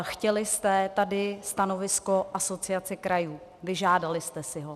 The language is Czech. Chtěli jste tady stanovisko Asociace krajů, vyžádali jste si ho.